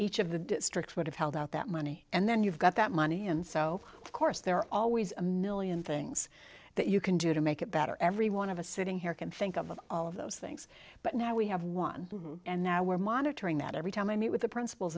each of the districts would have held out that money and then you've got that money and so of course there are always a million things that you can do to make it better every one of us sitting here can think of all of those things but now we have one and now we're monitoring that every time i meet with the principals